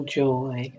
joy